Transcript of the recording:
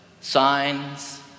signs